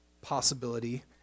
possibility